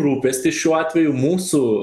rūpestis šiuo atveju mūsų